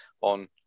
on